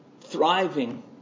thriving